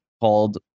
called